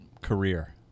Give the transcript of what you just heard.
career